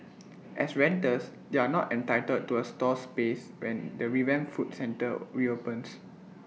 as renters they are not entitled to A stall space when the revamped food centre reopens